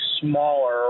smaller